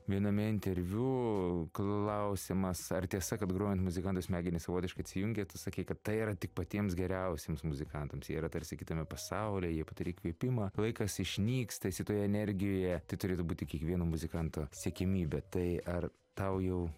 viename interviu klausimas ar tiesa kad grojant muzikantui smegenys savotiškai atsijungia tu sakei kad tai yra tik patiems geriausiems muzikantams yra tarsi kitame pasaulyje jie patiria įkvėpimą laikas išnyksta esi toje energijoje tai turėtų būti kiekvieno muzikanto siekiamybė tai ar tau jau